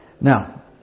now